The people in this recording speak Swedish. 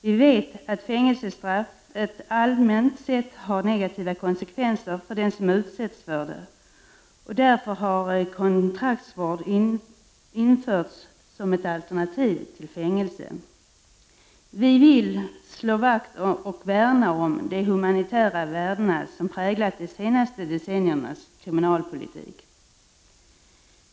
Vi vet att fängelsestraffet allmänt sett har negativa konsekvenser för den som utsätts för det, och därför har kontraktsvård införts som ett alternativ till fängelse. Vi vill slå vakt och värna om de humanitära värden som präglat de senaste decenniernas kriminalpolitik.